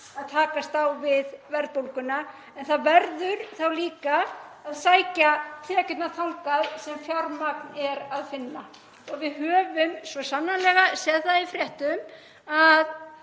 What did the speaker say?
að takast á við verðbólguna. En það verður þá líka að sækja tekjurnar þangað sem fjármagn er að finna. Við höfum svo sannarlega séð það í fréttum að